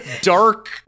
dark